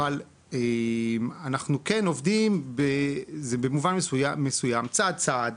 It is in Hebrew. אבל אנחנו כן עובדים, זה במובן מסוים 'צעד- צעד',